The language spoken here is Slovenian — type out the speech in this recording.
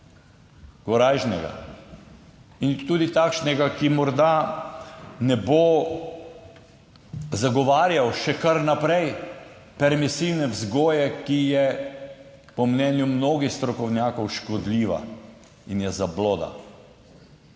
Korajžnega in tudi takšnega, ki morda ne bo zagovarjal še kar naprej permisivne vzgoje, ki je po mnenju mnogih strokovnjakov škodljiva in je zabloda.